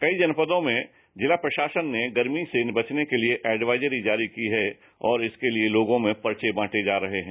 कई जनपदों में जिला प्रशासन ने गर्मी से बचने के लिए एज्वाइजरी जारी की है और इसके लिए लोगों में पर्च बांटे जा रहे है